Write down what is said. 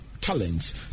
talents